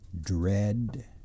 dread